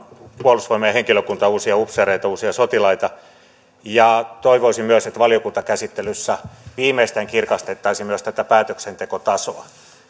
puolustusvoimien henkilökuntaa uusia upseereita uusia sotilaita toivoisin myös että valiokuntakäsittelyssä viimeistään kirkastettaisiin myös tätä päätöksentekotasoa